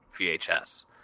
VHS